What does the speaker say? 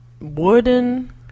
Wooden